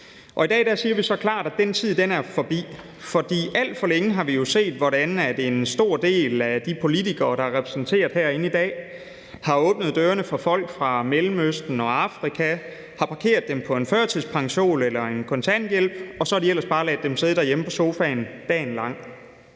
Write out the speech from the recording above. I dag siger vi så klart, at den tid er forbi. Alt for længe har vi set, hvordan en stor del af de politikere, der er repræsenteret herinde i dag, har åbnet dørene for folk fra Mellemøsten og Afrika og har parkeret dem på en førtidspension eller en kontanthjælp, og så har de ellers bare ladet dem sidde derhjemme på sofaen dagen lang.